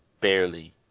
barely